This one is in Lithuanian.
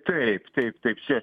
taip taip taip čia